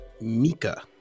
Mika